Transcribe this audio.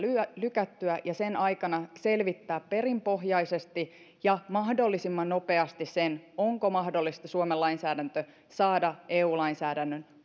lykättyä ja sen aikana selvittää perinpohjaisesti ja mahdollisimman nopeasti sen onko mahdollista suomen lainsäädäntö saada eu lainsäädännön